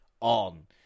on